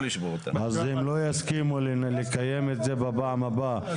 הם לא יסכימו בפעם הבאה לקיים ישיבה כזאת.